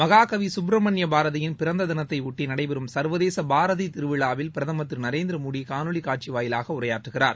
மகாகவி சுப்பிரமணிய பாரதியின் பிறந்த தினத்தையொட்டி நடைபெறும் சா்வதேச பாரதி திருவிழாவில் பிரதமர் திரு நரேந்திரமோடி காணொலி காட்சி வாயிலாக உரையாற்றுகிறார்